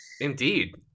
Indeed